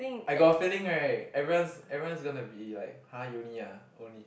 I got a feeling right everyone's everyone's gonna to be like !huh! uni ah only